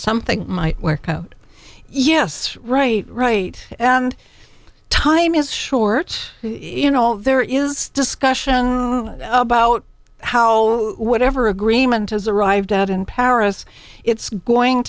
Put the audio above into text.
something might work out yes right right and time is short in all there is discussion about how whatever agreement is arrived at in paris it's going